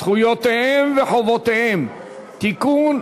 זכויותיהם וחובותיהם (תיקון,